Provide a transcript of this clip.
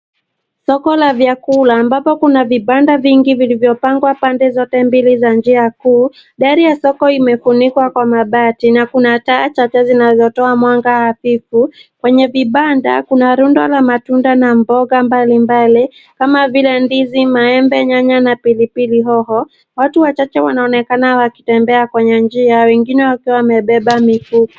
Soko la vyakula ambapo kuna vibanda vingi vilivyopangwa pane zote mbili za njia kuu. Dari ya soko imefunikwa kwa mabati na kuna taa chache zinzotoa mwanga hafifu. Kwenye kuna rundo la matunda na mboga mbalimbali kama vile ndizi, maembe, nyanya na pilipili hoho. Watu wachache wanaonekana wakitembea kwenye nji wengine wakiwa wamebeba mifuko.